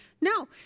No